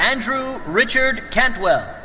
andrew richard cantwell.